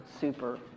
super